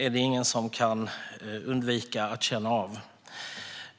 är ingen som kan undvika att känna av Europas utmaningar i dag.